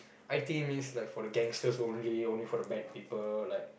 I_T_E means like for the gangsters only only for the bad people like